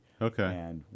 Okay